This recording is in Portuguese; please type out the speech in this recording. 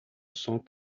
som